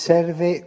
Serve